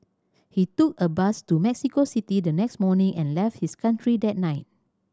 he took a bus to Mexico City the next morning and left his country that night